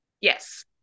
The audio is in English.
Yes